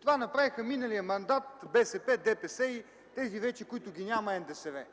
Това направиха миналия мандат БСП, ДПС и тези, които вече ги няма - НДСВ.